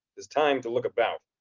tis time to look about.